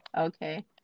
okay